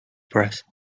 press